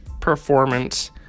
performance